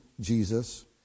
Jesus